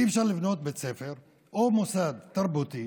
אי-אפשר לבנות בית ספר או מוסד תרבותי